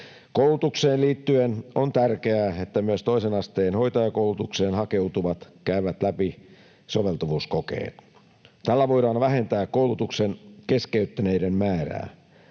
Koulutukseen liittyen on tärkeää, että myös toisen asteen hoitajakoulutukseen hakeutuvat käyvät läpi soveltuvuuskokeet. Tällä voidaan vähentää koulutuksen keskeyttäneiden määrää.